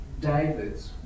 David's